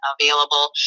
available